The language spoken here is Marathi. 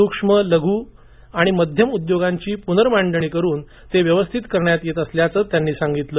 सूक्ष्म लघु आणि मध्यम उद्योगांची प्नर्मांडणी करून ते व्यवस्थित करण्यात येत असल्याचं त्यांनी सांगितलं